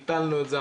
ביטלנו את זה,